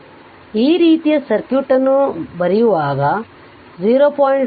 ಆದ್ದರಿಂದ ಈ ರೀತಿಯ ಸರ್ಕ್ಯೂಟ್ ಅನ್ನು ಡ್ರಾ ಮಾಡಿದರೆ 0